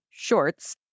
Shorts